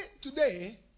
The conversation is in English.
today